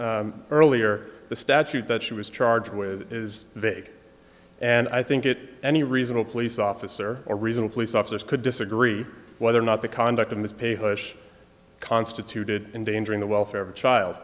mentioned earlier the statute that she was charged with is vague and i think it any reasonable police officer or reason a police officers could disagree whether or not the conduct of his pay hirsch constituted endangering the welfare of a child